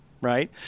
Right